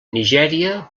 nigèria